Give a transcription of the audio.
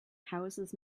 houses